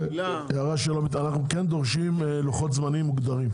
אנחנו כן דורשים לוחות זמנים מוגדרים.